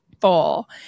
full